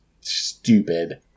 stupid